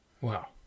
Wow